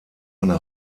eine